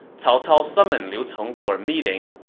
cao cao summoned liu cong for a meeting,